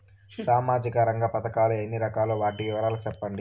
సామాజిక రంగ పథకాలు ఎన్ని రకాలు? వాటి వివరాలు సెప్పండి